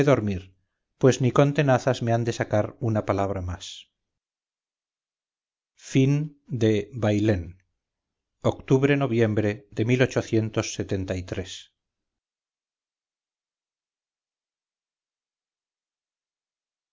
dormir pues ni con tenazas me han de sacar una palabra más octubre noviembre de